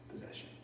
possession